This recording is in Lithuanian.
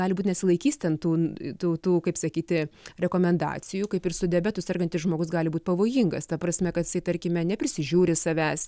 gali būt nesilaikys ten tų tautų kaip sakyti rekomendacijų kaip ir su diabetu sergantis žmogus gali būt pavojingas ta prasme kad jisai tarkime neprisižiūri savęs